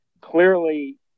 Clearly